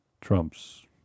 Trump's